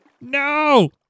no